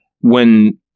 when-